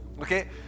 Okay